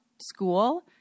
school